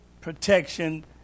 protection